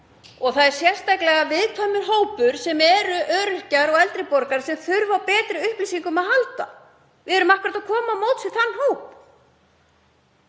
og það er sérstaklega viðkvæmur hópur sem eru öryrkjar og eldri borgarar sem þurfa á betri upplýsingum að halda. Við erum að koma til móts við þann hóp.